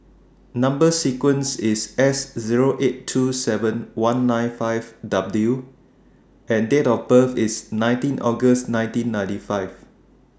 Number sequence IS S Zero eight two seven one nine five W and Date of birth IS nineteen August nineteen ninety five